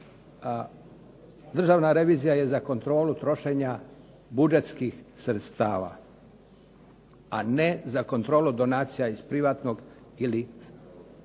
Državna revizija je za kontrolu trošenja budžetskih sredstava, a ne za kontrolu donacija iz privatnog, poduzeća